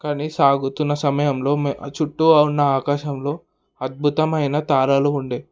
కానీ సాగుతున్న సమయంలో చుట్టూ ఉన్న ఆకాశంలో అద్భుతమైన తారలు ఉండే